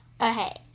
Okay